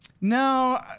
no